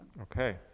Okay